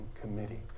Committee